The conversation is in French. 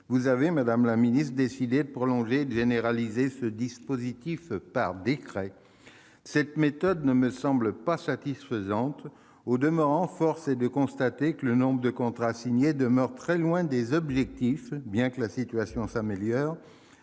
vous avez, madame la ministre, décidé de prolonger et de généraliser ce dispositif par décret. Cette méthode ne me semble pas satisfaisante. Au demeurant, force est de constater que le nombre de contrats signés demeure très loin des objectifs que vous vous étiez